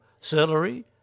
celery